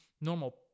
normal